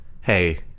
hey